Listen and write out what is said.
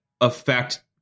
affect